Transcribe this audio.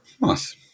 Nice